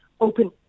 open